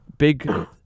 Big